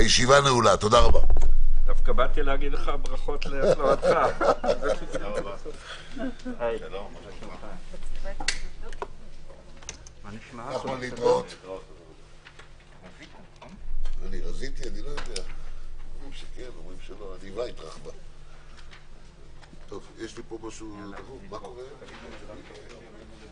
הישיבה ננעלה בשעה 14:01.